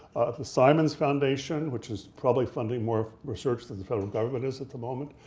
the simons foundation which is probably funding more research than the federal government is at the moment.